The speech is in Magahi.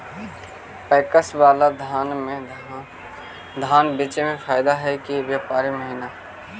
पैकस बाला में धान बेचे मे फायदा है कि व्यापारी महिना?